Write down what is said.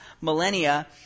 millennia